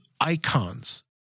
icons